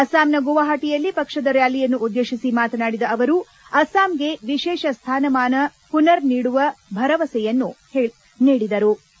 ಅಸ್ಸಾಂನ ಗುವಾಹಟಿಯಲ್ಲಿ ಪಕ್ಷದ ರ್ನಾಲಿಯನ್ನು ಉದ್ದೇಶಿಸಿ ಮಾತನಾಡಿದ ಅವರು ಅಸಾಂಗೆ ವಿಶೇಷ ಸ್ನಾನಮಾನ ಪುನರ್ ನೀಡುವ ಭರವಸೆಯನ್ನು ನೀಡಿದೆ ಎಂದರು